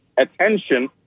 attention